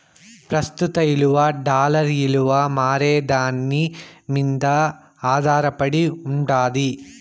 ప్రస్తుత ఇలువ డాలర్ ఇలువ మారేదాని మింద ఆదారపడి ఉండాలి